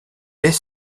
est